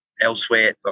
elsewhere